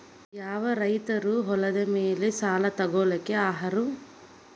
ಯಾವ ರೈತರು ಹೊಲದ ಮೇಲೆ ಸಾಲ ತಗೊಳ್ಳೋಕೆ ಅರ್ಹರು?